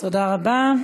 תודה רבה.